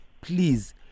please